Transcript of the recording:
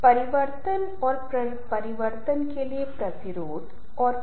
अपने पिछले व्याख्यान में मैं संचार संबंध के बारे में जोर दे रहा था